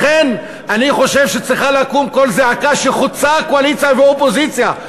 לכן אני חושב שצריך לקום קול זעקה שחוצה קואליציה ואופוזיציה.